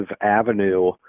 Avenue